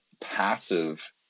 passive